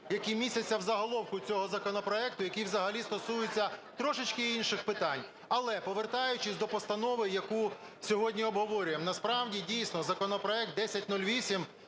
які містяться в заголовку цього законопроекту, який взагалі стосується трошечки інших питань. Але, повертаюсь до постанови, яку сьогодні обговорюємо. Насправді, дійсно, законопроект 1008